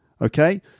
Okay